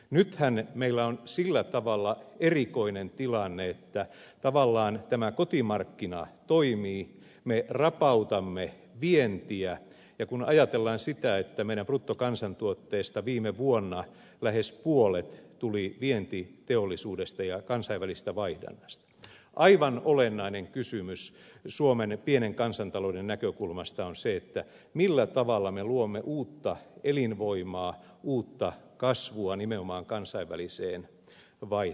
nythän meillä on sillä tavalla erikoinen tilanne että tavallaan tämä kotimarkkina toimii me rapautamme vientiä ja kun ajatellaan sitä että meidän bruttokansantuotteestamme viime vuonna lähes puolet tuli vientiteollisuudesta ja kansainvälisestä vaihdannasta aivan olennainen kysymys suomen pienen kansantalouden näkökulmasta on se millä tavalla me luomme uutta elinvoimaa uutta kasvua nimenomaan kansainväliseen vaihdantaan